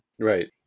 Right